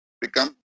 become